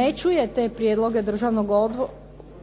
ne čuje te prijedloge Državnog